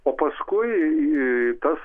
o paskui tas